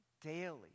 daily